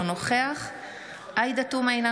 אינו נוכח עאידה תומא סלימאן,